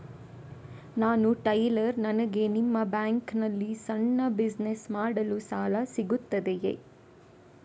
ನಾನು ಟೈಲರ್, ನನಗೆ ನಿಮ್ಮ ಬ್ಯಾಂಕ್ ನಲ್ಲಿ ಸಣ್ಣ ಬಿಸಿನೆಸ್ ಮಾಡಲು ಸಾಲ ಸಿಗುತ್ತದೆಯೇ?